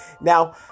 now